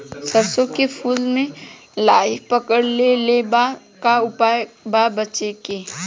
सरसों के फूल मे लाहि पकड़ ले ले बा का उपाय बा बचेके?